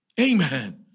Amen